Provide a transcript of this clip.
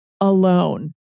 alone